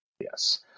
Yes